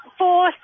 four